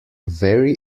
very